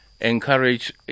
encourage